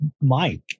Mike